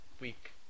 week